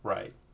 Right